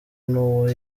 n’uwo